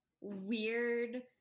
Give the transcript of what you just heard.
weird